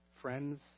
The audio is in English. Friends